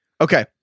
Okay